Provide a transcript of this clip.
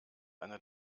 einer